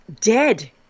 dead